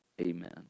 Amen